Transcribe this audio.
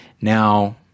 Now